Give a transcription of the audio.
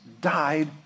died